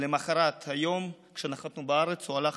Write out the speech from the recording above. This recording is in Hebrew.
למוחרת היום שבו נחתנו בארץ הוא הלך